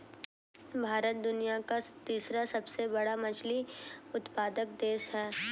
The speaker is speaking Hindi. भारत दुनिया का तीसरा सबसे बड़ा मछली उत्पादक देश है